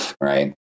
Right